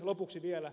lopuksi vielä